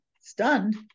stunned